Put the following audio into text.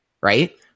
Right